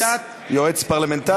זו עמדת, יועץ פרלמנטרי?